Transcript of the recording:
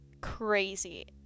crazy